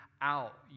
out